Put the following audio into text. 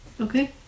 Okay